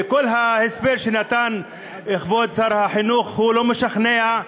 כל ההסבר שנתן כבוד שר החינוך לא משכנע,